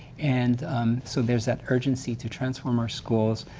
and so there's that urgency to transform our schools,